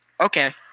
Okay